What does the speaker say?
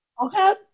okay